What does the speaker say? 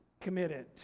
committed